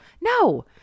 No